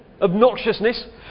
Obnoxiousness